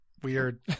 Weird